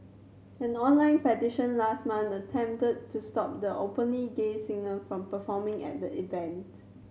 an online petition last month attempted to stop the openly gay singer from performing at the event